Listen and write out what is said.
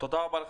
תודה רבה.